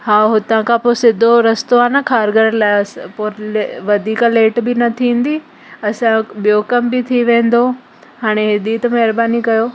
हा हुतां खां पोइ सिधो रस्तो आहे न खार घर लाइ अस पोइ ले वधीक लेट बि न थींदी असांजो ॿियो कमु बि थी वेंदो हाणे हेॾी त महिरबानी कयो